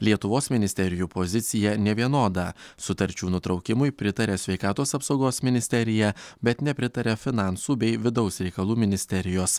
lietuvos ministerijų pozicija nevienoda sutarčių nutraukimui pritarė sveikatos apsaugos ministerija bet nepritaria finansų bei vidaus reikalų ministerijos